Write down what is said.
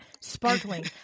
sparkling